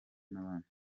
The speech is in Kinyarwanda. n’abandi